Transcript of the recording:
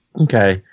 okay